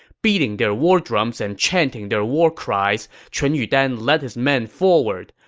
beating their war drums and chanting their war cries, chun yudan led his men forward.